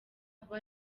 kuba